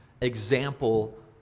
example